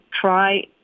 try